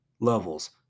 levels